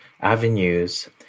avenues